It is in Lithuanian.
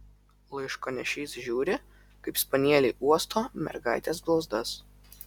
laiškanešys žiūri kaip spanieliai uosto mergaitės blauzdas